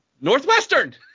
Northwestern